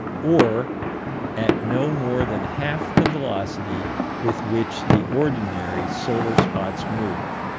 or at no more than half the velocity with which the ordinary solar spots move.